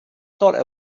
thought